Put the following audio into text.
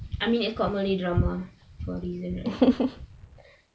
I mean if comedy drama for a reason right